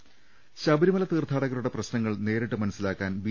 രദ്ദേഷ്ടങ ശബരിമല തീർത്ഥാടകരുടെ പ്രശ്നങ്ങൾ നേരിട്ട് മനസ്സിലാക്കാൻ ബി